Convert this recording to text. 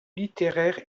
littéraires